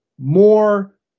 more